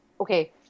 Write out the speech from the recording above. Okay